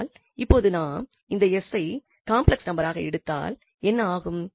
ஆனால் இப்பொழுது நாம் இந்த 𝑠 ஐ காம்ப்ளெக்ஸ் நம்பராக எடுத்தால் என்ன ஆகும்